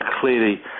clearly